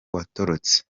watorotse